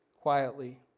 quietly